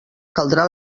caldrà